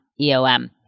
EOM